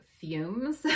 fumes